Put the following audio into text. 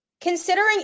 Considering